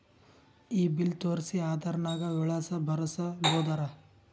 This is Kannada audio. ಈ ಬಿಲ್ ತೋಸ್ರಿ ಆಧಾರ ನಾಗ ವಿಳಾಸ ಬರಸಬೋದರ?